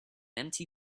empty